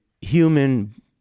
human